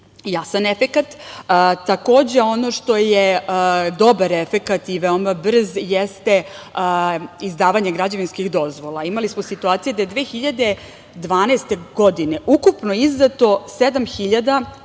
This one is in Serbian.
jasan efekat. Takođe, ono što je dobar efekat i veoma brz jeste izdavanje građevinskih dozvola. Imali smo situaciju da je 2012. godine ukupno izdato 7.400